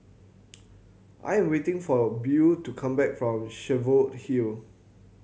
I am waiting for Beau to come back from Cheviot Hill